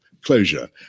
closure